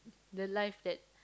the life that